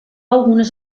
algunes